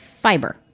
fiber